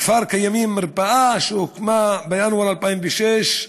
בכפר יש מרפאה, שהוקמה בינואר 2006,